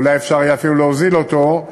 ואולי אפשר יהיה אפילו להוזיל אותו,